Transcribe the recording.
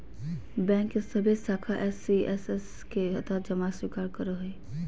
bank के सभे शाखा एस.सी.एस.एस के तहत जमा स्वीकार करो हइ